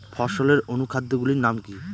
ফসলের অনুখাদ্য গুলির নাম কি?